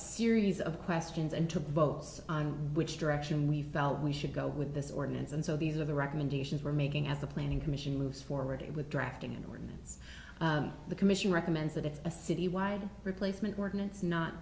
series of questions and took votes on which direction we felt we should go with this ordinance and so these are the recommendations were making at the planning commission moves forward with drafting an ordinance the commission recommends that it's a city wide replacement workin